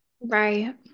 Right